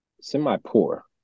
semi-poor